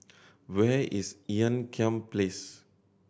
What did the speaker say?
where is Ean Kiam Place